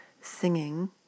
singing